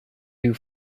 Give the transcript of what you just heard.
you